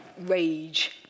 rage